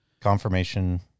confirmation